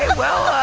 well,